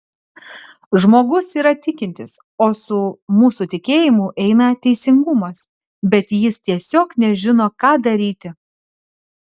žmogus yra tikintis o su mūsų tikėjimu eina teisingumas bet jis tiesiog nežino ką daryti